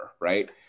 right